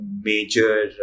major